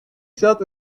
zat